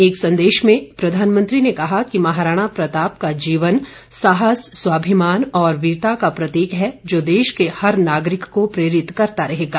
एक संदेश में प्रधानमंत्री ने कहा कि महाराणा प्रताप का जीवन साहस स्वाभिमान और वीरता का प्रतीक है जो देश के हर नागरिक को प्रेरित करता रहेगा